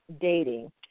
dating